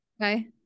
Okay